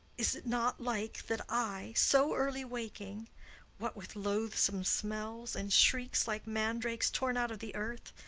is it not like that i, so early waking what with loathsome smells, and shrieks like mandrakes torn out of the earth,